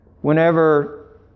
whenever